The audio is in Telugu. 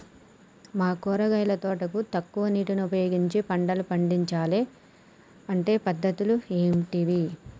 మా కూరగాయల తోటకు తక్కువ నీటిని ఉపయోగించి పంటలు పండించాలే అంటే పద్ధతులు ఏంటివి?